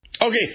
Okay